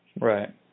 Right